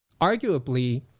arguably